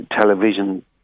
television